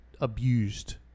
abused